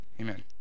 Amen